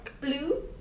Blue